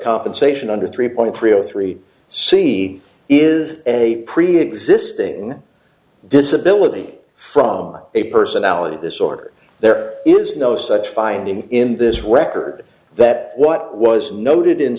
compensation under three point three zero three c is a preexisting disability from a personality disorder there is no such finding in this record that what was noted in